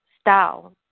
style